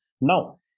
Now